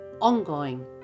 ongoing